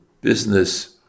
business